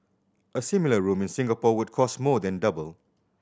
a similar room in Singapore would cost more than double